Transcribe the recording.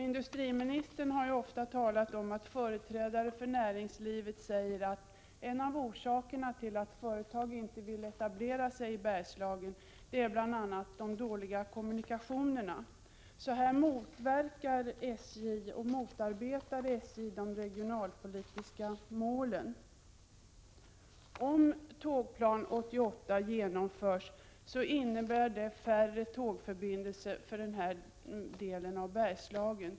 Industriministern har ofta talat om att företrädare för näringslivet säger att en av orsakerna till att företag inte vill etablera sig i Bergslagen är de dåliga kommunikationerna. Här motverkar och motarbetar alltså SJ de regionalpolitiska målen. Om Tågplan 88 genomförs, innebär det färre tågförbindelser för den här delen av Bergslagen.